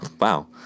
wow